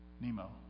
Nemo